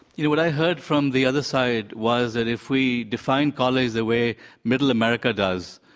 you know what i heard from the other side was that if we define college the way middle america does,